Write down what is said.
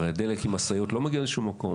הרי הדלק עם משאיות לא מגיע לשום מקום,